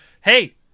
Hey